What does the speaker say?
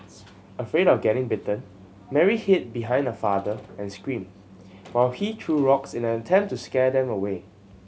afraid of getting bitten Mary hid behind her father and screamed while he threw rocks in an attempt to scare them away